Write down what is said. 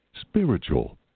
spiritual